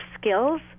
skills